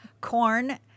corn